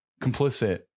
complicit